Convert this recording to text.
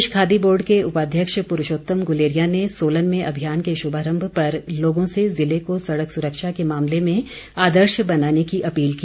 प्रदेश Khadi board के उपाध्यक्ष प्रूषोत्तम गुलेरिया ने सोलन में अभियान के शुभारम्भ पर लोगों से ज़िले को सड़क सुरक्षा के मामले में आदर्श बनाने की अपील की